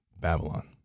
Babylon